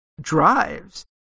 drives